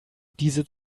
diese